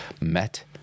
met